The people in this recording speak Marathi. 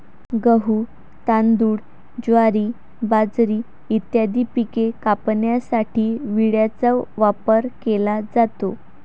गहू, तांदूळ, ज्वारी, बाजरी इत्यादी पिके कापण्यासाठी विळ्याचा वापर केला जातो